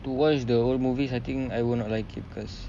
to watch the whole movie I think I won't like it cause